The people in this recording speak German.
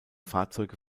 fahrzeuge